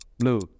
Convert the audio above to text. Blue